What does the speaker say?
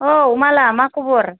औ माला मा खबर